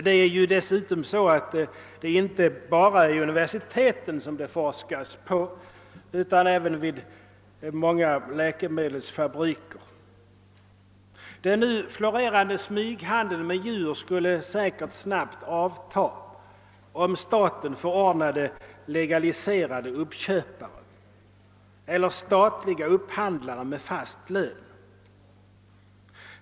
Det forskas dessutom inte bara vid universiteten utan även vid många läkemedelsfabriker. Den nu florerande smyghandeln med djur skulle säkerligen snabbt avta, om staten förordnade legaliserade uppköpare eller statliga upphandlare med fast lön.